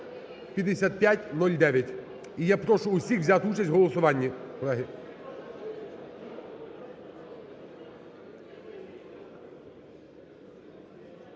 я прошу всіх взяти участь в голосуванні,